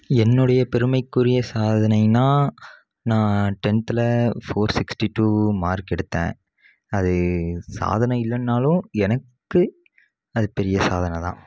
என்னுடைய பெருமைக்குரிய சாதனையினால் நான் டென்த்தில் ஃபோர் சிக்ஸ்ட்டி டூ மார்க் எடுத்தேன் அது சாதனை இல்லைனாலும் எனக்கு அது பெரிய சாதனைதான்